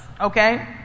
Okay